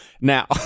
Now